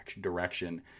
direction